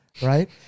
Right